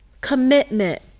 Commitment